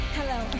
Hello